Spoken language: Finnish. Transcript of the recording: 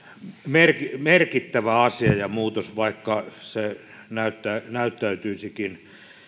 merkittävä merkittävä asia ja muutos vaikka se näyttäytyisikin